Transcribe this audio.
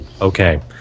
Okay